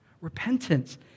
Repentance